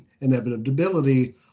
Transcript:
inevitability